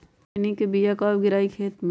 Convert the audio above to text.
खैनी के बिया कब गिराइये खेत मे?